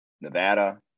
Nevada